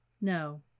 No